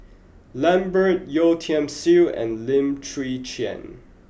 Lambert Yeo Tiam Siew and Lim Chwee Chian